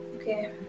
Okay